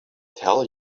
tell